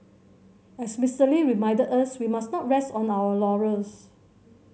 as Mister Lee reminded us we must not rest on our laurels